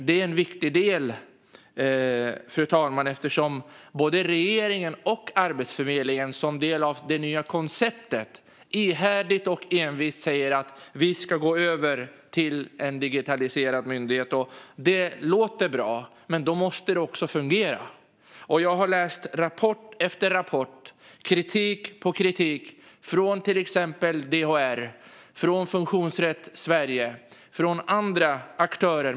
Det är en viktig del, fru talman, eftersom både regeringen och Arbetsförmedlingen som en del av det nya konceptet ihärdigt och envist säger att vi ska gå över till en digitaliserad myndighet. Det låter bra, men då måste det också fungera. Jag har läst rapport efter rapport med kritik på kritik från DHR, Funktionsrätt Sverige och andra aktörer.